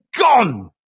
gone